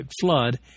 Flood